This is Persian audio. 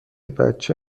بچه